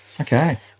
Okay